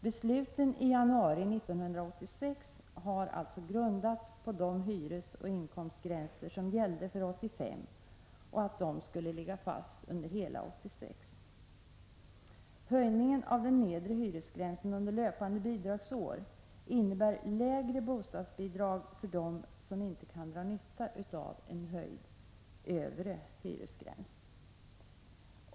Besluten i januari 1986 har grundats på att de hyresoch inkomstgränser som gällde för 1985 skulle ligga fast under hela 1986. Höjningen av den nedre hyresgränsen under löpande bidragsår innebär lägre bostadsbidrag för dem som inte kan dra nytta av en höjd övre hyresgräns.